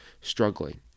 struggling